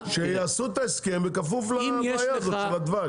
שיעשו את ההסכם בכפוף לבעיה הזאת של הדבש.